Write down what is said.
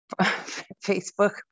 Facebook